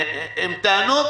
והן טענות